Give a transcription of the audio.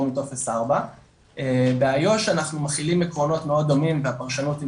מטופס 4. באיו"ש אנחנו מכילים עקרונות מאוד דומים והפרשנות היא